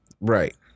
Right